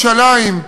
ירושלים,